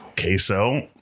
queso